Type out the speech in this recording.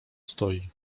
stoi